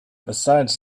besides